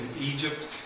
Egypt